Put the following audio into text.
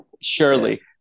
Surely